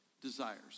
desires